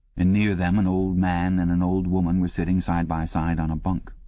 and near them an old man and an old woman were sitting side by side on a bunk.